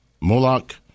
Moloch